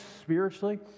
spiritually